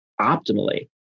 optimally